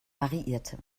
variierte